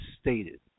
stated